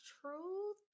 truth